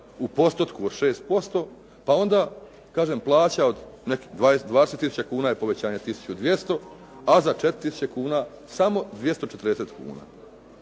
u postotku od 6%, pa onda kažem plaća od nekih 20000 kuna je povećanje 1200, a za 4000 kuna samo 240 kn